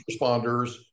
responders